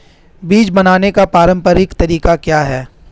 बीज बोने का पारंपरिक तरीका क्या है?